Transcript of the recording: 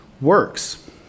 works